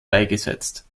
beigesetzt